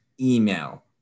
email